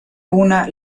una